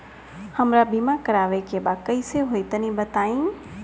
हमरा बीमा करावे के बा कइसे होई तनि बताईं?